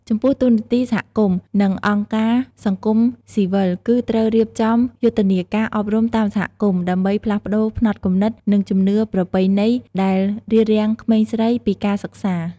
ចំពោះតួនាទីសហគមន៍ និងអង្គការសង្គមស៊ីវិលគឺ ត្រូវរៀបចំយុទ្ធនាការអប់រំតាមសហគមន៍ ដើម្បីផ្លាស់ប្តូរផ្នត់គំនិត និងជំនឿប្រពៃណីដែលរារាំងក្មេងស្រីពីការសិក្សា។